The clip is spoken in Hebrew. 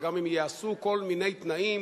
וגם אם הם יעשו כל מיני תנאים,